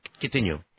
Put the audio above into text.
Continue